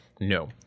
No